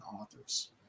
authors